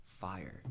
fire